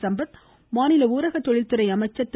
சம்பத் மாநில ஊரக தொழிற்துறை அமைச்சர் திரு